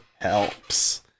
helps